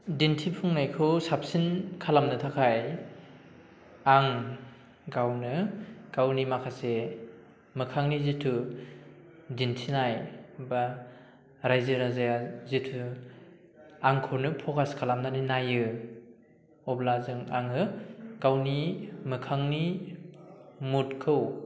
दिन्थिफुंनायखौ साबसिन खालामनो थाखाय आं गावनो गावनि माखासे मोखांनि जितु दिन्थिनाय बा रायजो राजाया जितु आंखौनो फकास खालामनानै नायो अब्ला जों आङो गावनि मोखांनि मुडखौ